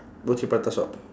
roti prata shop